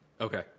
Okay